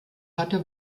hatte